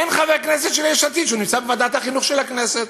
אין חבר כנסת של יש עתיד שנמצא בוועדת החינוך של הכנסת.